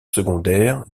secondaire